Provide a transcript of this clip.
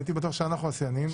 הייתי בטוח שאנחנו השיאנים.